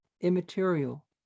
immaterial